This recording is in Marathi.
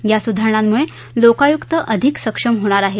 या सुधारणांमुळे लोकायुक्त अधिक सक्षम होणार आहे